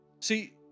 See